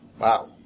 Wow